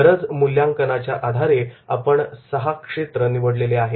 गरज मूल्यांकनाच्यच्या आधारे आपण सहा क्षेत्र निवडलेले आहेत